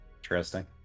Interesting